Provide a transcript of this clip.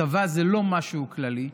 צבא זה לא משהו כללי,